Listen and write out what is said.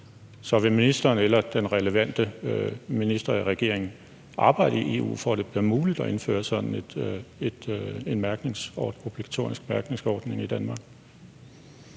Så vil ministeren eller den relevante minister i regeringen arbejde i EU for, at det bliver muligt at indføre sådan en obligatorisk mærkningsordning i Danmark?